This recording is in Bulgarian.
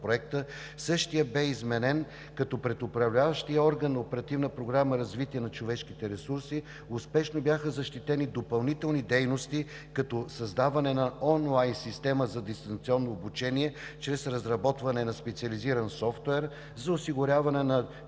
Проекта, същият бе изменен, като пред Управляващия орган Оперативна програма „Развитие на човешките ресурси“ успешно бяха защитени допълнителни дейности, като създаване на онлайн система за дистанционно обучение чрез разработване на специализиран софтуер за осигуряване на